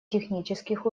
технических